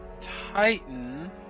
Titan